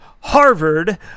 Harvard